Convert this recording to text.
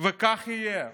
וכך יהיה.